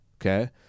okay